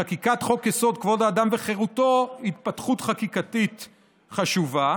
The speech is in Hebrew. בחקיקת חוק-יסוד: כבוד האדם וחירותו התפתחות חקיקתית חשובה,